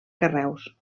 carreus